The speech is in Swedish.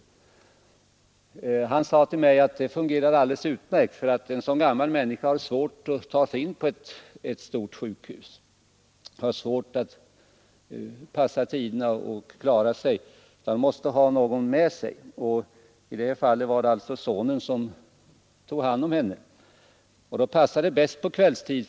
Denne lantbrukare sade till mig att det fungerade alldeles utmärkt, eftersom en så gammal människa har svårt att ta sig in på ett stort sjukhus; hon har svårt att passa tiderna och att klara sig om hon inte har någon med sig. I det här fallet var det alltså sonen som tog hand om henne, och för honom passade det bäst på kvällstid.